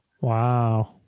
Wow